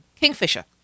Kingfisher